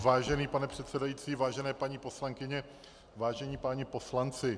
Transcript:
Vážený pane předsedající, vážené paní poslankyně, vážení páni poslanci.